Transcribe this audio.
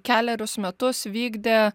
kelerius metus vykdė